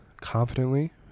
confidently